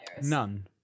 None